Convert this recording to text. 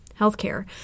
healthcare